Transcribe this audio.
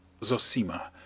Zosima